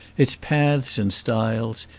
its paths and stiles,